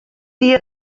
dia